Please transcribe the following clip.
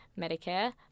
Medicare